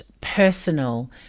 personal